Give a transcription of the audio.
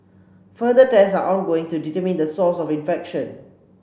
further tests are ongoing to determine the source of infection